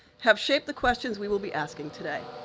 have shaped the questions we will be asking today.